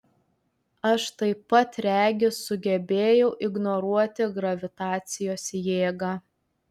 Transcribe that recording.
aš taip pat regis sugebėjau ignoruoti gravitacijos jėgą